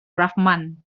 rahman